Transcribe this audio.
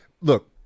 Look